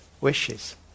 wishes